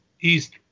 east